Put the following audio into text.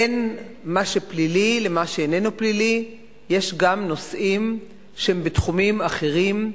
בין מה שפלילי למה שאיננו פלילי יש גם נושאים שהם בתחומים אחרים,